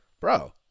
bro